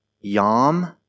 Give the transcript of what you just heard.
Yom